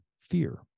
fear